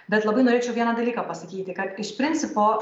bet labai norėčiau vieną dalyką pasakyti kad iš principo